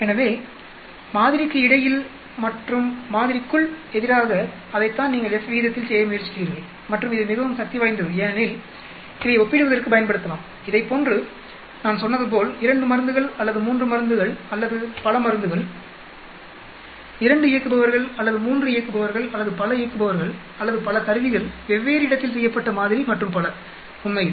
எனவே மாதிரிக்கு இடையில் மற்றும் மாதிரிக்குள் எதிராக அதைத்தான் நீங்கள் F விகிதத்தில் செய்ய முயற்சிக்கிறீர்கள் மற்றும் இது மிகவும் சக்தி வாய்ந்தது ஏனெனில் இதை ஒப்பிடுவதற்கு பயன்படுத்தலாம் இதைப்போன்று நான் சொன்னதுபோல் 2 மருந்துகள் அல்லது 3 மருந்துகள் அல்லது பல மருந்துகள் 2 இயக்குபவர்கள் அல்லது 3 இயக்குபவர்கள் அல்லது பல இயக்குபவர்கள் அல்லது பல கருவிகள்வெவ்வேறு இடத்தில் செய்யப்பட்ட மாதிரி மற்றும் பல உண்மையில்